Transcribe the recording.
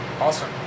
awesome